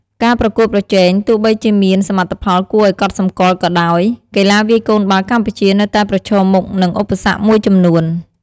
ការប្រកួតប្រជែង ទោះបីជាមានសមិទ្ធផលគួរឱ្យកត់សម្គាល់ក៏ដោយ កីឡាវាយកូនបាល់កម្ពុជានៅតែប្រឈមមុខនឹងឧបសគ្គមួយចំនួន។